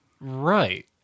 right